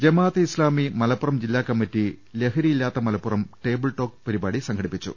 ജമാഅത്തെ ഇസ്ലാമി മലപ്പുറം ജില്ലാ കമ്മിറ്റി ലഹരിയില്ലാത്ത മലപ്പുറം ടേബിൾടോക് പരിപാടി സംഘടിപ്പിച്ചു